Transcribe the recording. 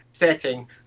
setting